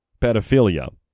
pedophilia